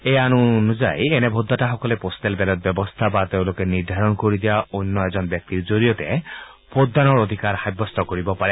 এই আইন অনুযায়ী এনে ভোটদাতাসকলে প'ষ্টেল বেলট ব্যৱস্থা বা তেওঁলোকে নিৰ্ধাৰণ কৰি দিয়া অন্য এজন ব্যক্তিৰ জৰিয়তে ভোটদানৰ অধিকাৰ সাৱ্যস্ত কৰিব পাৰে